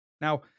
Now